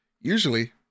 usually